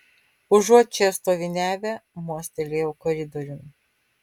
užuot čia stoviniavę mostelėjau koridoriun